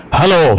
Hello